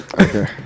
Okay